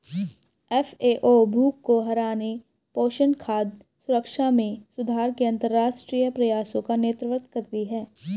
FAO भूख को हराने, पोषण, खाद्य सुरक्षा में सुधार के अंतरराष्ट्रीय प्रयासों का नेतृत्व करती है